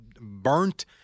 burnt